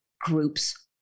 groups